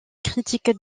critiques